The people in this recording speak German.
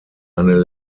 eine